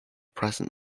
present